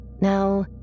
Now